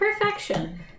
Perfection